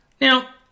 now